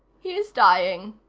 he's dying,